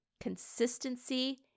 Consistency